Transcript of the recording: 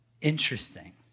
interesting